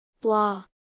Blah